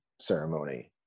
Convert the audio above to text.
ceremony